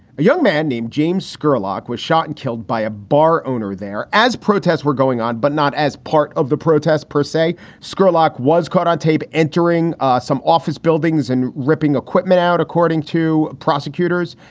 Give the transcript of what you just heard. a young man named james scurlock was shot and killed by a bar owner there as protests were going on, but not as part of the protest, per say. scurlock was caught on tape entering some office buildings and ripping equipment out, according to prosecutors.